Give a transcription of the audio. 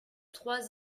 trois